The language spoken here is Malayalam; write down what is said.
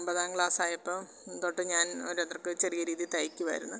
ഒമ്പതാം ക്ലാസ് ആയപ്പം തൊട്ട് ഞാൻ ഓരോരുത്തർക്ക് ചെറിയ രീതിയിൽ തയ്ക്കുമായിരുന്നു